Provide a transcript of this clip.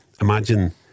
imagine